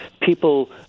People